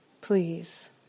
please